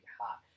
hot